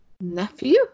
nephew